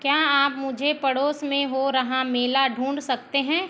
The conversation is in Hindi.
क्या आप मुझे पड़ोस मे हो रहा मेला ढूँढ सकते हैं